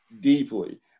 deeply